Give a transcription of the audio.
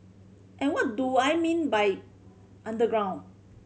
and what do I mean by underground